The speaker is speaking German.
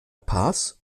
paz